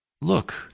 look